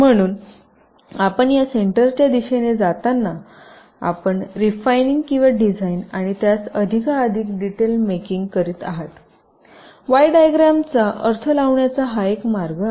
म्हणून आपण सेंटरच्या दिशेने जाताना आपण रिफाईनिंग किंवा डिझाइन आणि त्यास अधिकाधिक डिटेल मेकिंग करीत आहात वाय डायग्रॅमचा अर्थ लावण्याचा हा एक मार्ग आहे